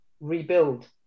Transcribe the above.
rebuild